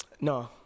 No